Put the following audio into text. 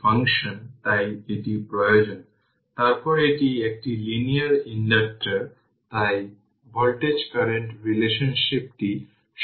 সুতরাং এটি 20 e t250 1000 তাই 80 e এর পাওয়ার t মাইক্রোঅ্যাম্পিয়ার